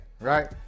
right